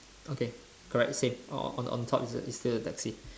okay correct same on on top is is still the taxi